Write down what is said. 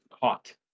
caught